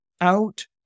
out